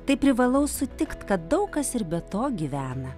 tai privalau sutikt kad daug kas ir be to gyvena